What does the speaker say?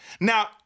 Now